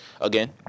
again